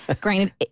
Granted